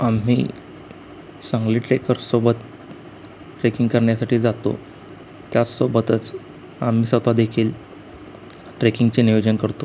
आम्ही सांगली ट्रेकरसोबत ट्रेकिंग करण्यासाठी जातो त्याचसोबतच आम्ही स्वतःदेखील ट्रेकिंगचे नियोजन करतो